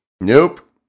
Nope